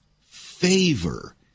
favor